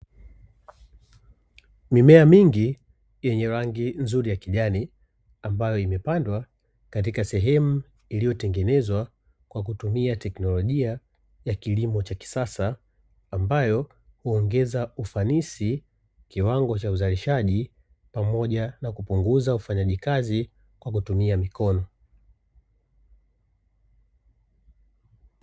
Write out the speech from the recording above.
Mimea mingi yenye rangi nzuri ya kijani, ambayo imepandwa katika sehemu iliyotengenezwa kwa kutumia teknolojia ya kilimo cha kisasa, ambayo huongeza ufanisi, kiwango cha uzalishaji pamoja na kupunguza ufanyaji kazi kwa kutumia mikono.